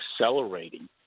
accelerating